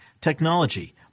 technology